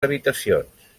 habitacions